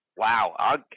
Wow